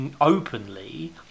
openly